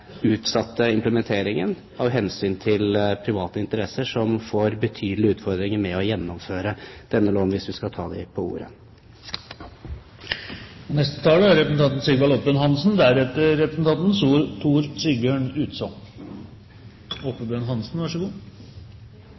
implementeringen av hensyn til private interesser, som får betydelige utfordringer med å gjennomføre denne loven, hvis vi skal ta dem på ordet. Dagen i dag er